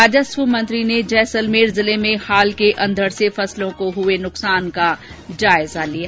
राजस्व मंत्री ने जैसलमेर जिले में हाल के अंधड़ से फसलों को हुये नुकसान का जायजा लिया